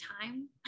time